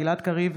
גלעד קריב,